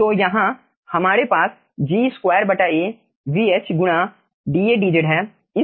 तो यहाँ हमारे पास G2A vh गुणा dAdz है